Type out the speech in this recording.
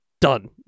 Done